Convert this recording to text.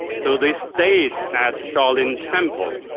so they stayed at shaolin temple,